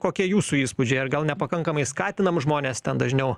kokie jūsų įspūdžiai ar gal nepakankamai skatinam žmones ten dažniau